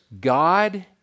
god